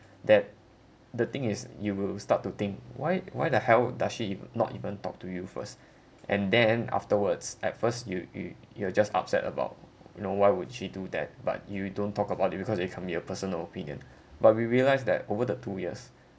that the thing is you will start to think why why the hell does she e~ not even talk to you first and then afterwards at first you you you will just upset about you know why would she do that but you don't talk about it because it can be a personal opinion but we realise that over the two years